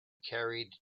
carried